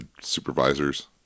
Supervisors